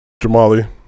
Jamali